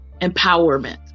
empowerment